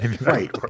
right